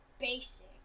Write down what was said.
basic